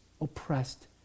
oppressed